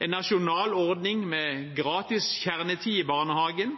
en nasjonal ordning med gratis kjernetid i barnehagen,